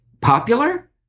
Popular